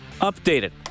updated